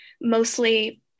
mostly